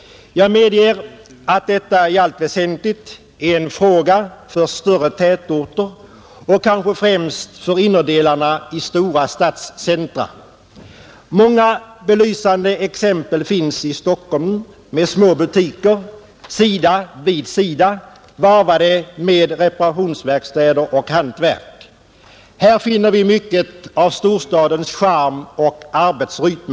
Jag medger att detta är i allt väsentligt en fråga för större tätorter och kanske främst för innerdelarna i stora stadscentra. Många belysande exempel finns i Stockholm, där små butiker ligger sida vid sida varvade med reparationsverkstäder och hantverkslokaler. Här finner vi mycket av storstadens charm och arbetsrytm.